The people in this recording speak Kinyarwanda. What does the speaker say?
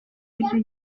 iryo